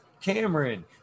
Cameron